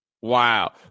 Wow